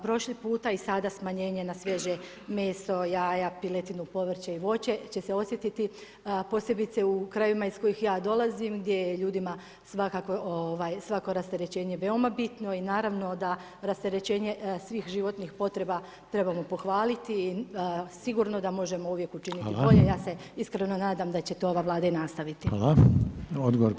Prošli puta i sada smanjenje na svježe meso, jaja, piletinu, povrće i voće će se osjetiti posebice u krajevima iz kojih ja dolazim, gdje je ljudima svakako rasterećenje veoma bitno i naravno da rasterećenje svih životnih potreba trebamo pohvaliti, sigurno da možemo uvijek učiniti bolje, ja se iskreno nadam da će to ova Vlada i nastaviti.